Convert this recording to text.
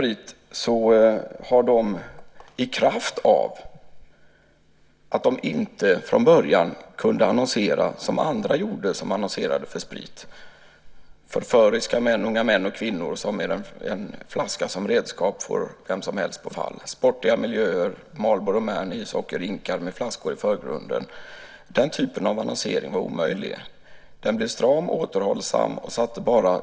I kraft av att Vin & Sprit från början inte kunde annonsera som andra gjorde med reklam för sprit med förföriska unga män och kvinnor som med en flaska som redskap får vem som helst på fall, med sportiga miljöer, med The Marlboro Man, med ishockeyrinkar och flaskor i förgrunden. Den typen av annonsering är omöjlig. Vin & Sprits reklam var stram och återhållsam.